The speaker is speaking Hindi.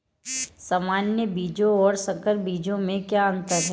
सामान्य बीजों और संकर बीजों में क्या अंतर है?